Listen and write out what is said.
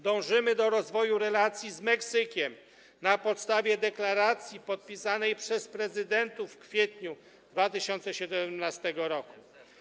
Dążymy do rozwoju relacji z Meksykiem na podstawie deklaracji podpisanej przez prezydentów w kwietniu 2017 r.